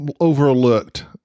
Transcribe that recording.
overlooked